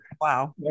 Wow